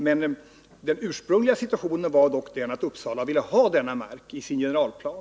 Men den ursprungliga situationen var att Uppsala ville ha denna mark i sin generalplan.